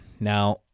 Now